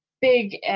big